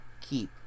Keep